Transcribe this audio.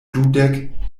dudek